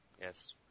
Yes